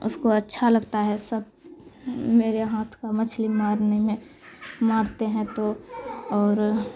اس کو اچھا لگتا ہے سب میرے ہاتھ کا مچھلی مارنے میں مارتے ہیں تو اور